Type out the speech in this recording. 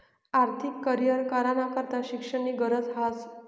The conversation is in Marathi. आर्थिक करीयर कराना करता शिक्षणनी गरज ह्रास